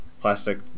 Plastic